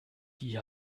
die